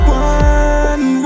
one